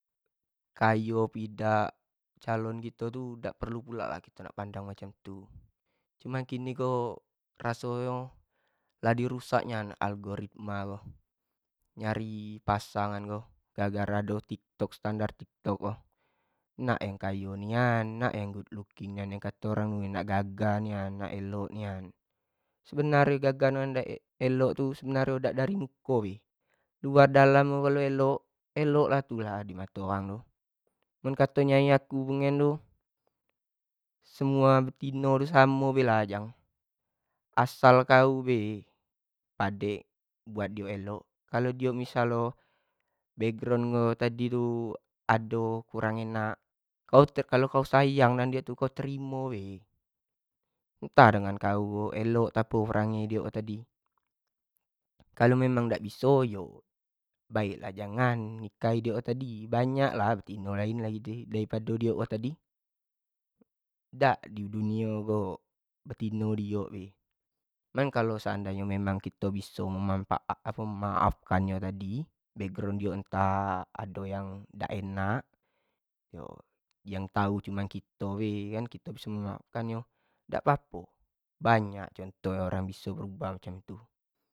Kayo apo idak calon kito tu dak perlu pula kito pandang macam tu, cuman kini ko raso nyo lah di rusak nian algoritma ko, nyari pasangan ko, gara-gara ado tiktok, standar tiktok ko nak yang kayo nian, nak yang good looking nian, nak yang gagah nian, nak elok nian sebenarnyo gagah yang ak elok tu sebanrnyo dak dari muko, luar dalam elok, elok tu lah dari luar tu, cuma kato nyai aku, bengen tu semua betino tu samo lah jang asal kau bae, padek buat dio elok, kalo io misalnyo do kurang enak, kalo kau ayang samo diok tu kaunterimo bae, ntah dengan kau elok dnegan diok perangai diok tadi, kalua dak biso baek lah dak usah jangan, banyak lah betino lain dari padi iok tu tadi, dak di dunio ko betino diok be, emang tapi kalau biso kito memaafkan diok tadi background diok ntah apo diok dak enak yang tau cuma kito bae dak apo-apo banyak contoh nyo orang biso berubah macam itu.